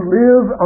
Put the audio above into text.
live